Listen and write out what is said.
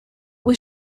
was